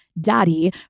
daddy